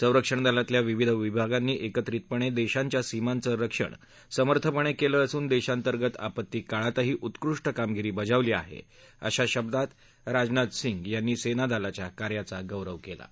संरक्षण दलातल्या विविध विभागांनी एकत्रितपणे देशाच्या सीमांचं रक्षण समर्थपणे केलं असून देशांतर्गत आपत्ती काळातही उत्कृष्ट कामगिरी बजावली आहे अशा शब्दात राजनाथ सिंग यांनी सेना दलांच्या कार्याचा गौरव केला आहे